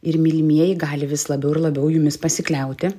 ir mylimieji gali vis labiau ir labiau jumis pasikliauti